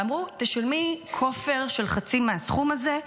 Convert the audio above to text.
ואמרו: תשלמי כופר של חצי מהסכום הזה.